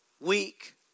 week